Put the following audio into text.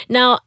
Now